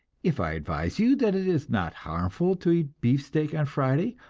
if i advise you that it is not harmful to eat beefsteak on friday,